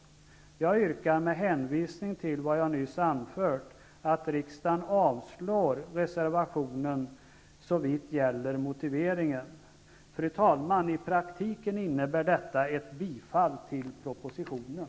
Med hänvisning till vad jag nyss anfört yrkar jag att riksdagen avslår reservationen såvitt gäller motiveringen. Fru talman! I praktiken innebär detta ett bifall till propositionen.